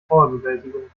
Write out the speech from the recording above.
trauerbewältigung